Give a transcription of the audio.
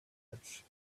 bridge